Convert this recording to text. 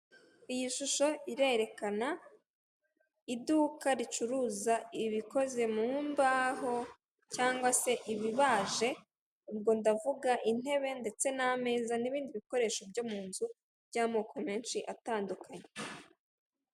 Iyi shusho irerekana iduka ricuruza ibikoze mu mbaho cyangwa se ibibaje, ubwo ndavuga intebe ndetse n'ameza n'ibindi bikoresho byo mu nzu by'amoko menshi atandukanye.